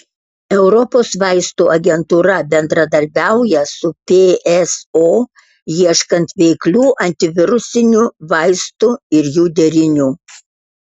europos vaistų agentūra bendradarbiauja su pso ieškant veiklių antivirusinių vaistų ir jų derinių